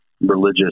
religious